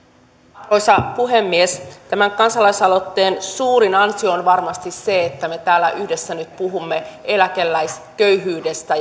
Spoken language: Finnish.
arvoisa puhemies tämän kansalaisaloitteen suurin ansio on varmasti se että me täällä yhdessä nyt puhumme eläkeläisköyhyydestä